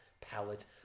palette